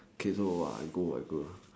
okay no I go I go